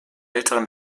älteren